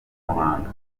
muhanga